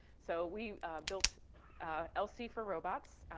so we built lc for robots.